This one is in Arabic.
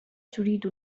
تريد